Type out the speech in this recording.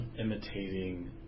imitating